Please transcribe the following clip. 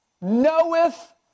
knoweth